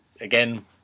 again